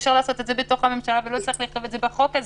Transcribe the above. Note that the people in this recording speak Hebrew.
אפשר לעשות את זה בתוך הממשלה ולא צריך לכתוב את זה בחוק הזה,